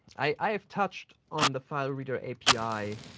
i have touched on the file reader api,